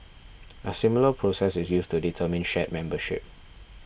a similar process is used to determine shard membership